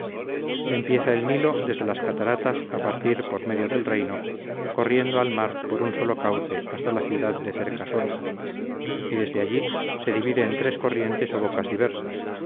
empieza el nilo desde las cataratas a partir por medio el reino corriendo al mar por un solo cauce hasta la ciudad de cercaroso y desde allí se divide en tres corrientes o bocas diversas